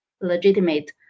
legitimate